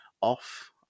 off